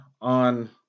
on